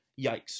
Yikes